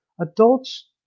adults